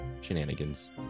shenanigans